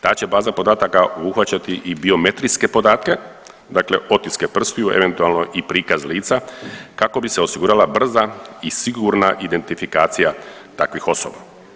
Ta će baza podataka obuhvaćati i biometrijske podatke, dakle otiske prstiju, eventualno i prikaz lica kako bi se osigurala brza i sigurna identifikacija takvih osoba.